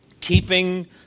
Keeping